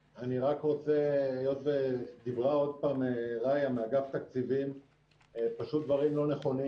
היות ודיברה עוד פעם רעיה מאגף תקציבים דברים פשוט לא נכונים